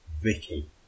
Vicky